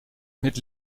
mit